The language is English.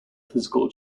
physical